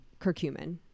curcumin